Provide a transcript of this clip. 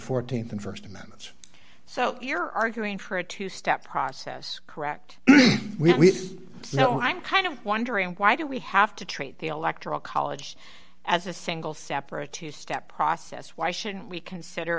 the th and st amendments so you're arguing for a two step process correct we know i'm kind of wondering why do we have to treat the electoral college as a single separate two step process why shouldn't we consider